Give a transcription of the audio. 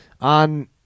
on